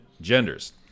genders